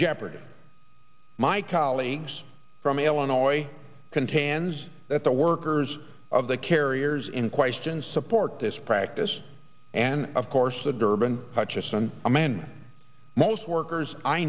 jeopardy my colleagues from illinois contends that the workers of the carriers in question support this practice and of course the durban hutcheson a man most workers i